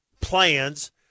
plans